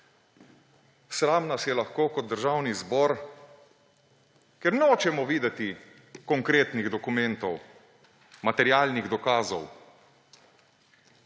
Sram nas je lahko kot državni zbor, ker nočemo videti konkretnih dokumentov, materialnih dokazov,